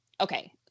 Okay